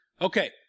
Okay